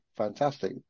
fantastic